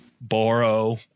borrow